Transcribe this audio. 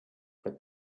but